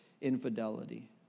infidelity